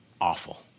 awful